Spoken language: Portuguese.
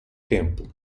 tempo